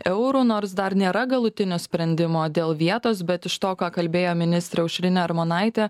eurų nors dar nėra galutinio sprendimo dėl vietos bet iš to ką kalbėjo ministrė aušrinė armonaitė